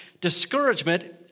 discouragement